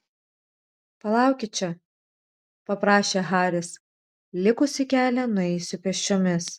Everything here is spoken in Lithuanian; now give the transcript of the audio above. palaukit čia paprašė haris likusį kelią nueisiu pėsčiomis